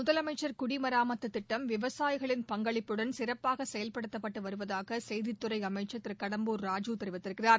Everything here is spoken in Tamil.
முதலமைச்ச் குடிமராமத்து திட்டம் விவசாயிகளின் பங்களிப்புடன் சிறப்பாக செயல்படுத்தப்பட்டு வருவதாக செய்தித்துறை அமைச்சா் திரு கடம்பூர் ராஜூ கூறியிருக்கிறார்